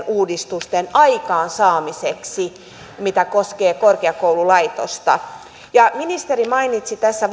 uudistusten aikaansaamiseksi mikä koskee korkeakoululaitosta ministeri mainitsi tässä